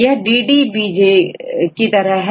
यहDDBJ की तरह है